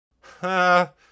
Ha